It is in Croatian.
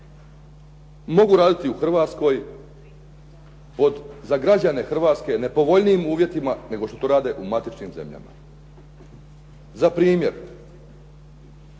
mogu raditi u Hrvatskoj za građane Hrvatske nepovoljnijim uvjetima nego što to rade u matičnim zemljama? Za primjer,